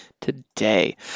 today